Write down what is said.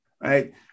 right